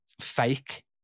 fake